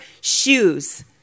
shoes